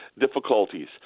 difficulties